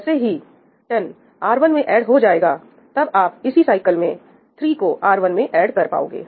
जैसे ही 10 R1 में ऐड हो जाएगा तब आप इसी साइकिल में 3 को R1 में ऐड कर पाओगे